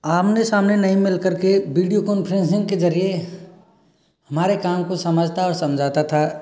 आमने सामने नहीं मिल कर के वीडियो कॉन्फ़्रेंसिंग के जरिए हमारे काम को समझता और समझाता था